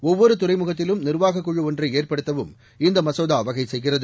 ஒவ்வொரு துறைமுகத்திலும் நிர்வாக குழு ஒன்றை ஏற்படுத்தவும் இந்த மசோதா வகை செய்கிறது